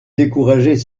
décourager